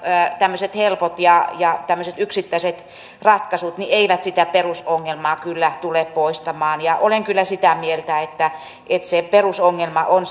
tämmöiset helpot ja ja yksittäiset ratkaisut eivät sitä perusongelmaa kyllä tule poistamaan olen kyllä sitä mieltä että että se perusongelma on